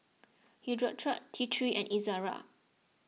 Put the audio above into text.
Hirudoid T three and Ezerra